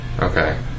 Okay